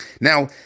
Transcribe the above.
Now